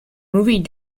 moving